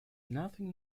nothing